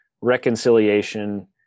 reconciliation